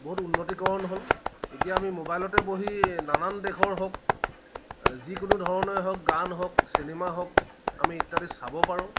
বহুত উন্নতিকৰণ হ'ল এতিয়া আমি মোবাইলতে বহি নানান দেশৰ হওক যিকোনো ধৰণৰেই হওক গান হওক চিনেমা হওক আমি ইত্যাদি চাব পাৰোঁ